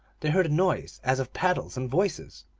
they heard a noise as of paddles and voices.